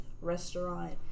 restaurant